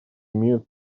имеют